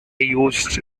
used